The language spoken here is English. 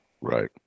Right